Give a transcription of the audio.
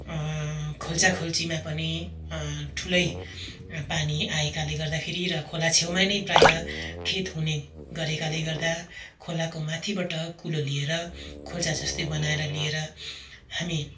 खोल्चाखोल्चीमा पनि ठुलै पानी आएकाले गर्दाखेरि र खोला छेउमा नै प्रायः खेत हुने गरेकाले गर्दा खोलाको माथिबाट कुलो लिएर खोल्चाजस्तै बनाएर लिएर हामी